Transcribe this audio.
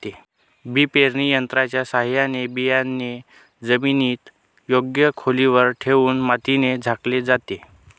बी पेरणी यंत्राच्या साहाय्याने बियाणे जमिनीत योग्य खोलीवर ठेवून मातीने झाकले जाते